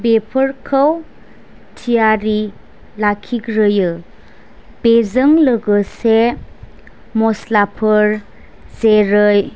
बेफोरखौ थियारि लाखिग्रोयो बेजों लोगोसे मस्लाफोर जेरै